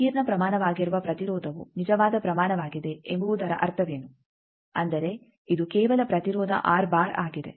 ಸಂಕೀರ್ಣ ಪ್ರಮಾಣವಾಗಿರುವ ಪ್ರತಿರೋಧವು ನಿಜವಾದ ಪ್ರಮಾಣವಾಗಿದೆ ಎಂಬುವುದರ ಅರ್ಥವೇನು ಅಂದರೆ ಇದು ಕೇವಲ ಪ್ರತಿರೋಧ ಆಗಿದೆ